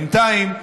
בינתיים,